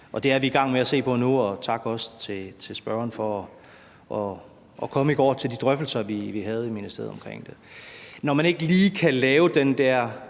Det er vi i gang med at se på nu – og også tak til spørgeren for at komme i går til de drøftelser, vi havde i ministeriet omkring det. Når man ikke lige kan lave den der